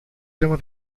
hemos